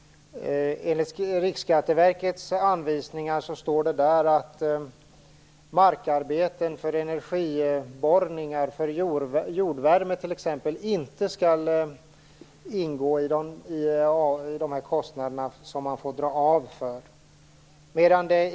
I Riksskatteverkets anvisningar står det att markarbeten för energiborrningar för t.ex. jordvärme inte skall ingå i de kostnader som man får dra av.